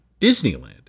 Disneyland